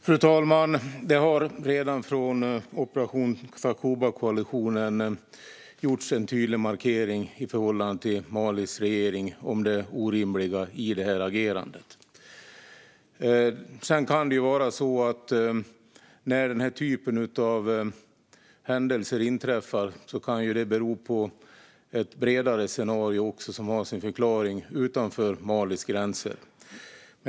Fru talman! Det har redan från operation Takuba-koalitionen gjorts en tydlig markering i förhållande till Malis regering om det orimliga i det här agerandet. Sedan kan det vara så att det, när den här typen av händelser inträffar, också beror på ett bredare scenario som har sin förklaring utanför Malis gränser.